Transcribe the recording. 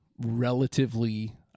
relatively